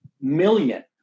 million